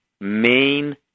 main